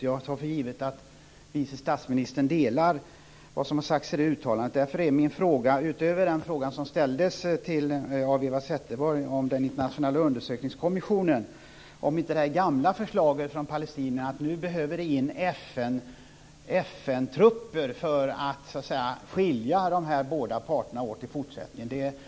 Jag tar för givet att vice statsministern delar vad som sägs i det uttalandet. Därför gäller min fråga, utöver den fråga som ställdes av Eva Zetterberg om den internationella undersökningskommissionen, det gamla förslaget från palestinierna att det inte behövs några FN trupper för att skilja de båda parterna åt i fortsättningen.